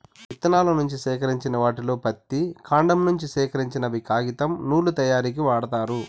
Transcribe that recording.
ఇత్తనాల నుంచి సేకరించిన వాటిలో పత్తి, కాండం నుంచి సేకరించినవి కాగితం, నూలు తయారీకు వాడతారు